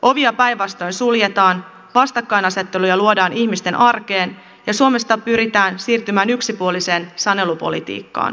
ovia päinvastoin suljetaan vastakkainasetteluja luodaan ihmisten arkeen ja suomessa pyritään siirtymään yksipuoliseen sanelupolitiikkaan